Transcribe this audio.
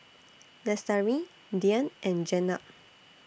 Lestari Dian and Jenab